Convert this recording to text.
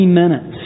minutes